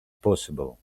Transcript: possible